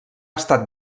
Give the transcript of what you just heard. estat